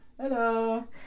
Hello